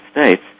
States